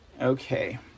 okay